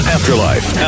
Afterlife